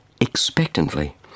expectantly